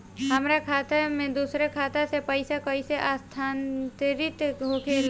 हमार खाता में दूसर खाता से पइसा कइसे स्थानांतरित होखे ला?